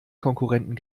konkurrenten